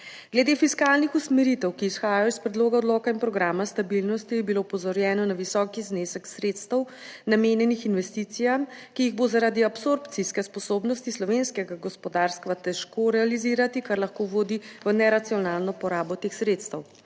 Glede fiskalnih usmeritev, ki izhajajo iz predloga odloka in programa stabilnosti je bilo opozorjeno na visok znesek sredstev, namenjenih investicijam, ki jih bo zaradi absorpcijske sposobnosti slovenskega gospodarstva težko realizirati, kar lahko vodi v neracionalno porabo teh sredstev.